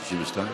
62?